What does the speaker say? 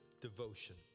devotion